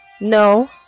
no